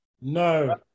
No